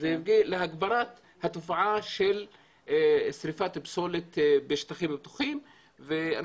הביא להגברת התופעה של שריפת פסולת בשטחים פתוחים ואני